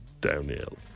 downhill